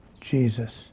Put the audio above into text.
Jesus